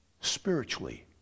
spiritually